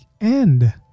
end